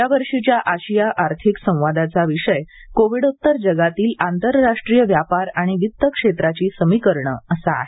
यावर्षीच्या आशिया आर्थिक संवादाचा विषय कोविडोतर जगातील आंतररराष्ट्रीय व्यापार आणि वित क्षेत्राची समीकरणे असा आहे